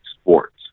sports